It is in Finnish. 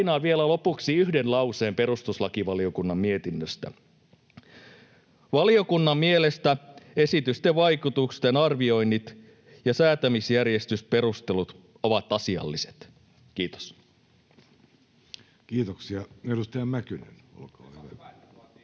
tehdään. Lainaan vielä lopuksi yhden lauseen perustuslakivaliokunnan mietinnöstä: ”Valiokunnan mielestä esityksen vaikutusten arvioinnit ja säätämisjärjestysperustelut ovat asialliset.” — Kiitos. [Speech 76] Speaker: